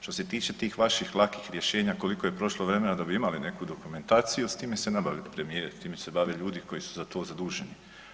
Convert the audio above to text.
Što se tiče tih vaših lakih rješenja koliko je prošlo vremena da bi imali neku dokumentaciju, s time se ne bavi premijer, s time se bave ljudi koji su za to zaduženi.